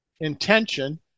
intention